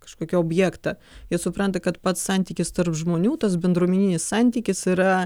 kažkokį objektą jie supranta kad pats santykis tarp žmonių tas bendruomeninis santykis yra